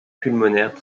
pulmonaire